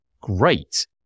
great